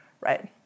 Right